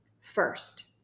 first